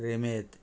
रेमेत